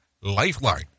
Lifeline